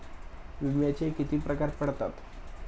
विम्याचे किती प्रकार पडतात?